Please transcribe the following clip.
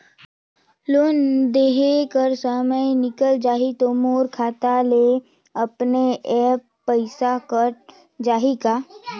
Loan देहे कर समय निकल जाही तो मोर खाता से अपने एप्प पइसा कट जाही का?